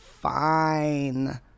fine